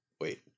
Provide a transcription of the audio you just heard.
wait